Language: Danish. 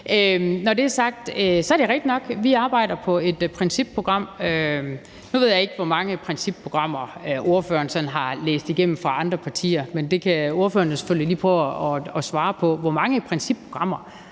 Når det er sagt, er det rigtigt nok, at vi arbejder på et principprogram. Nu ved jeg ikke, hvor mange principprogrammer spørgeren sådan har læst igennem fra andre partier, men det kan spørgeren selvfølgelig prøve at svare på. Hvor mange principprogrammer